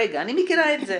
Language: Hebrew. אני מכירה את זה,